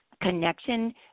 connection